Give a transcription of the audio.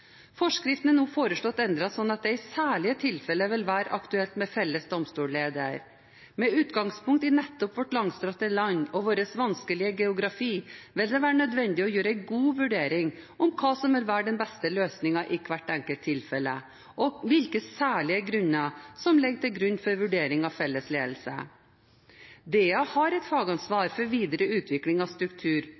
Forskriften er nå foreslått endret, slik at det i særlige tilfeller vil være aktuelt med felles domstolsleder. Med utgangspunkt i nettopp vårt langstrakte land og vår vanskelige geografi vil det være nødvendig å gjøre en god vurdering av hva som vil være den beste løsningen i hvert enkelt tilfelle, og hvilke særlige grunner som ligger til grunn for vurdering av felles ledelse. DA har et fagansvar for videre utvikling av struktur